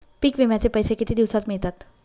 पीक विम्याचे पैसे किती दिवसात मिळतात?